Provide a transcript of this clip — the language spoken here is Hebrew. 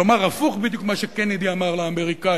כלומר, הפוך בדיוק מה שקנדי אמר לאמריקנים.